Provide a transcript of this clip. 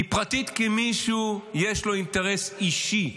היא פרטית כי למישהו יש אינטרס אישי,